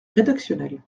rédactionnel